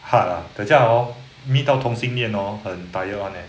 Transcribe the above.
hard lah 等下 hor meet 到同性恋 hor 很 tired [one] leh